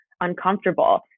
uncomfortable